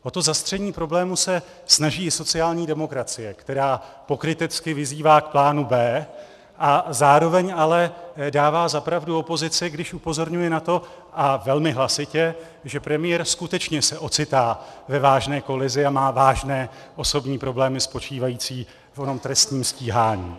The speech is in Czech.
O to zastření problému se snaží i sociální demokracie, která pokrytecky vyzývá k plánu B, zároveň ale dává za pravdu opozici, když upozorňuje na to, a velmi hlasitě, že premiér se skutečně ocitá ve vážné kolizi a má vážné osobní problémy spočívající v onom trestním stíhání.